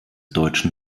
deutschen